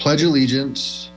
pldge allegiance